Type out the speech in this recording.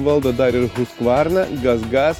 valdo dar ir huskvarną gas gas